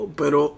pero